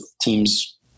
teams